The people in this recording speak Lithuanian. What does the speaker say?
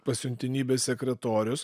pasiuntinybės sekretorius